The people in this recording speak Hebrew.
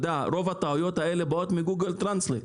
אתה יודע, רוב הטעויות האלה באות מגוגל טרנסלייט.